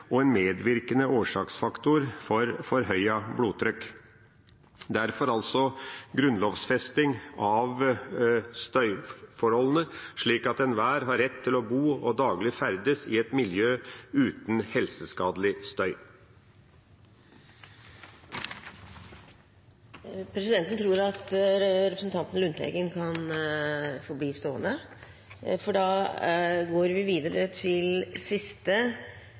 og en medvirkende årsaksfaktor for forhøyet blodtrykk.» Derfor altså grunnlovfesting av støyforholdene, slik at enhver har rett til å bo og daglig ferdes i et miljø uten helseskadelig støy.